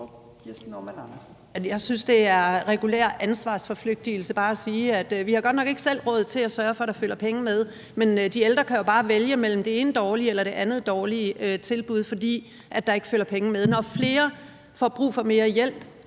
Jeg synes, det er regulær ansvarsforflygtigelse bare at sige, at man godt nok ikke selv har råd til at sørge for, at der følger penge med, mens de ældre jo bare kan vælge det ene dårlige tilbud efter det andet, fordi der ikke følger penge med. Når flere får brug for mere hjælp,